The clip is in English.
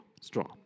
straw